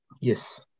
Yes